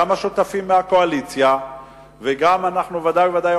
גם השותפים מהקואליציה וגם אנחנו ודאי וודאי,